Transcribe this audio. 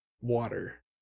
water